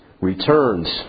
returns